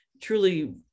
truly